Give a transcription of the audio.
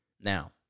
Now